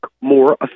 more